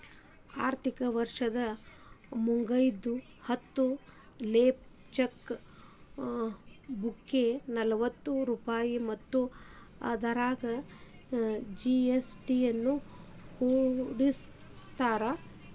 ಆರ್ಥಿಕ ವರ್ಷ್ ಮುಗ್ದ್ಮ್ಯಾಲೆ ಹತ್ತ ಲೇಫ್ ಚೆಕ್ ಬುಕ್ಗೆ ನಲವತ್ತ ರೂಪಾಯ್ ಮತ್ತ ಅದರಾಗ ಜಿ.ಎಸ್.ಟಿ ನು ಕೂಡಸಿರತಾರ